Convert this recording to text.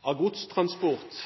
Av godstransport